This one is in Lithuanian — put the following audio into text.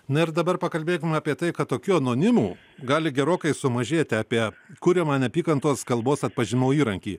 na ir dabar pakalbėkim apie tai kad tokių anonimų gali gerokai sumažėti apie kuriamą neapykantos kalbos atpažinimo įrankį